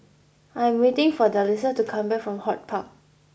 I am waiting for Delisa to come back from HortPark